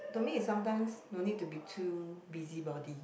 to me is sometimes no need to be too busybody